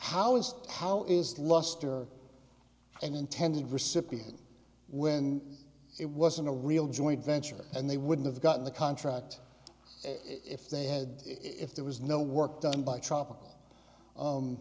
how is how is the luster and intended recipient when it wasn't a real joint venture and they wouldn't have gotten the contract if they had if there was no work done by tropical